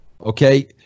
okay